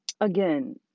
Again